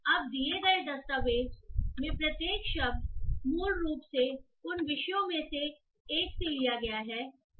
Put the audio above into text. अब दिए गए दस्तावेज़ में प्रत्येक शब्द मूल रूप से उन विषयों में से एक से लिया गया है